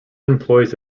employs